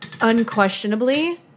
Unquestionably